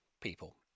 people